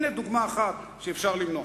הנה דוגמה אחת שאפשר למנוע.